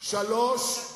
השלישי,